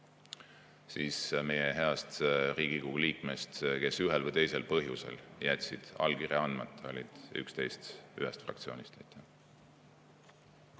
16-st meie heast Riigikogu liikmest, kes ühel või teisel põhjusel jätsid allkirja andmata, 11 oli ühest fraktsioonist.